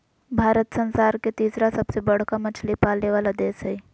भारत संसार के तिसरा सबसे बडका मछली पाले वाला देश हइ